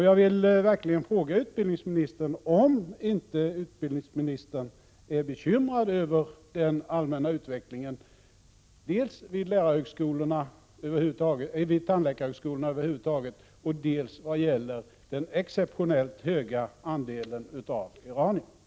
Jag vill fråga utbildningsministern om han inte är bekymrad över den allmänna utvecklingen dels vid tandläkarhögskolorna över huvud taget, dels vad gäller den exceptionellt höga andelen iranier i dessa utbildningar.